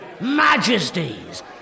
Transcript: Majesties